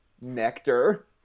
nectar